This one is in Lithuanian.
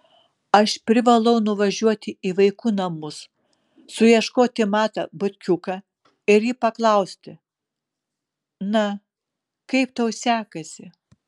aš privalau nuvažiuoti į vaikų namus suieškoti matą butkiuką ir jį paklausti na kaip tau sekasi